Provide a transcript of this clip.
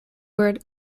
word